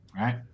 right